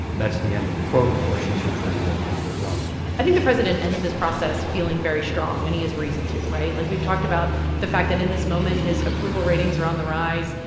that's the end of the quote. of course, she's referring there to mitt romney i think the president ends this process feeling very strong, and he has reason to, right? like, we've talked about the fact that in this moment, his approval ratings are on the rise.